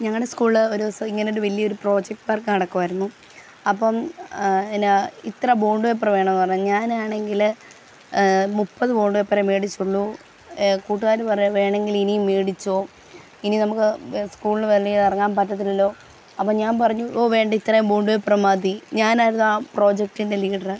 ഞങ്ങളുടെ സ്കൂളിൽ ഒരു ദിവസം ഇങ്ങനെ ഒരു വലിയ ഒരു പ്രോജക്റ്റ് വർക്ക് നടക്കുകയായിരുന്നു അപ്പം പിന്നെ ഇത്ര ബോണ്ട് പേപ്പറ് വേണം എന്ന് പറഞ്ഞ് ഞാൻ ആണെങ്കിൽ മുപ്പത് ബോണ്ട് പേപ്പറേ മേടിച്ചുള്ളൂ കൂട്ടുകാർ പറയുകയാ വേണമെങ്കിൽ ഇനിയും മേടിച്ചോ ഇനി നമുക്ക് സ്കൂളിന് വെളിയിൽ ഇറങ്ങാൻ പറ്റത്തില്ലല്ലോ അപ്പോൾ ഞാൻ പറഞ്ഞു ഓ വേണ്ട ഇത്രയും ബോണ്ട് പേപ്പറ് മതി ഞാനായിരുന്നു ആ പ്രോജക്റ്റിൻ്റെ ലീഡറ്